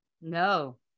No